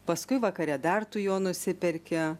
paskui vakare dar tu jo nusiperki